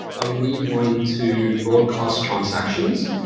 i would need one to broadcast transactions.